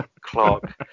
clark